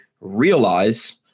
realize